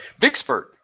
Vicksburg